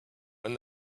when